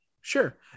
Sure